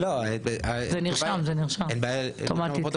זה נרשם, אוטומטית.